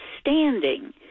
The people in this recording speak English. standing